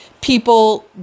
People